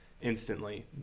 instantly